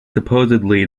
supposedly